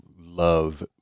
love